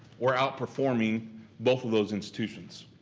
we're outperforming both of those institutions.